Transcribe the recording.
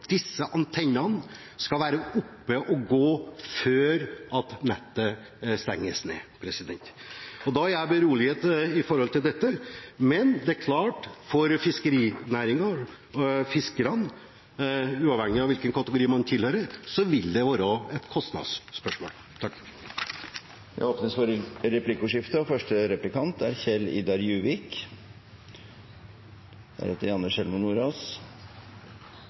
Disse antennene skal være oppe og gå før nettet stenges ned. Da er jeg beroliget for det, men det er klart at for fiskerinæringen, fiskerne – uavhengig av hvilken kategori man tilhører – vil det være et kostnadsspørsmål. Det blir replikkordskifte. Det er bra fiskeriministeren tar ansvar for fiskerne og er